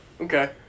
Okay